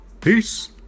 peace